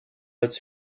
als